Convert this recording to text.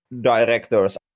directors